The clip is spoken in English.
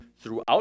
throughout